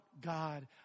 God